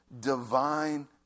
divine